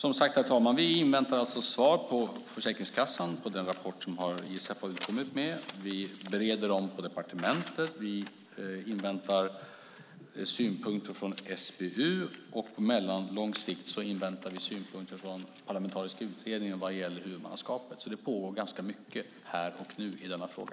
Herr talman! Vi inväntar svar från Försäkringskassan på den rapport som ISF har kommit med. Vi bereder frågan på departementet. Vi inväntar synpunkter från SBU, och på mellanlång sikt inväntar vi synpunkter från den parlamentariska utredningen vad gäller huvudmannaskapet. Det pågår alltså ganska mycket här och nu i denna fråga.